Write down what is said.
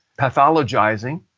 pathologizing